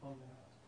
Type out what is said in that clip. יכול להיות.